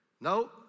No